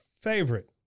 favorite